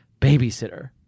babysitter